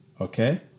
okay